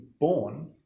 born